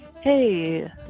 hey